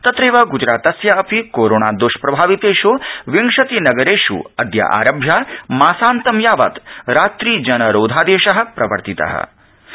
तत्रैव ग्रजरातस्य अपि कोरोनादष्प्रभावितेष् विंशतिनगरेष् अदय आरभ्य मासान्तं यावत् रात्रिजनरोधादेश प्रवर्तित अस्ति